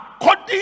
according